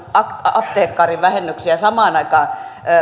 apteekkarivähennyksiä ja samaan aikaan